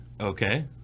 Okay